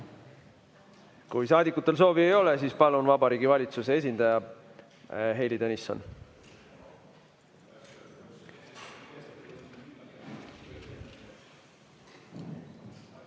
Kui saadikutel soovi ei ole, siis palun siia Vabariigi Valitsuse esindaja Heili Tõnissoni.